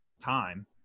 time